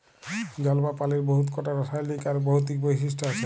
জল বা পালির বহুত কটা রাসায়লিক আর ভৌতিক বৈশিষ্ট আছে